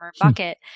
bucket